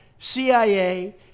CIA